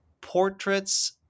portraits